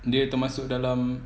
dia termasuk dalam